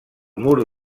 mur